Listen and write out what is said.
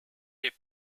les